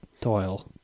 Doyle